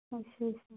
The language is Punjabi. ਅੱਛਾ ਅੱਛਾ ਜੀ